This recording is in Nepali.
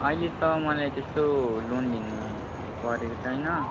अहिले त मलाई त्यस्तो लोन लिनुपरेको छैन